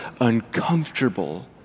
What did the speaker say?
uncomfortable